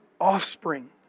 offspring